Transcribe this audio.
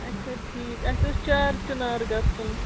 اچھا ٹھیٖک اَسہِ اوس چار چِنار گژھُن